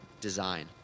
design